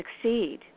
succeed